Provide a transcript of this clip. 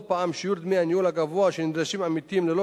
לא פעם שיעור דמי הניהול הגבוה שנדרשים עמיתים ללא